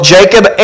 Jacob